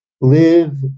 live